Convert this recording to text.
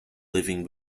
living